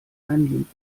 einen